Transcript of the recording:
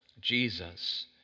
Jesus